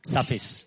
Surface